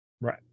right